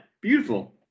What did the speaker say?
beautiful